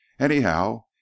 Anyhow